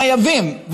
חייבים,